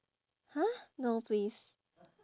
!huh! no please